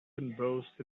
embossed